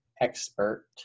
expert